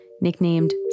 nicknamed